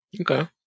Okay